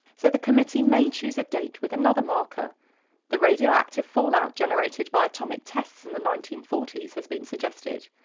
so the committee may choose a date with another marker the radioactive fallout generated by atomic tests in the nineteen forty s has been suggested.